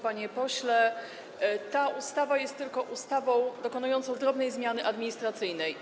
Panie pośle, ta ustawa jest tylko ustawą dokonującą drobnej zmiany administracyjnej.